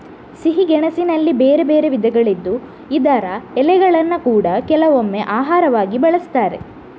ಸಿಹಿ ಗೆಣಸಿನಲ್ಲಿ ಬೇರೆ ಬೇರೆ ವಿಧಗಳಿದ್ದು ಇದರ ಎಲೆಗಳನ್ನ ಕೂಡಾ ಕೆಲವೊಮ್ಮೆ ಆಹಾರವಾಗಿ ಬಳಸ್ತಾರೆ